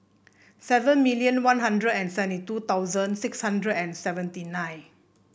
seven million One Hundred and seventy two thousand six hundred and seventy nine